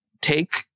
take